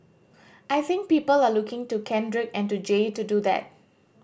I think people are looking to Kendrick and to Jay to do that